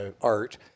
art